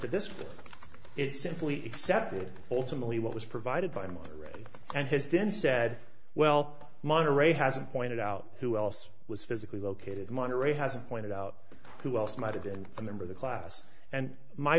that this is simply accepted ultimately what was provided by him and his then said well monterrey hasn't pointed out who else was physically located in monterrey hasn't pointed out who else might have been a member of the class and my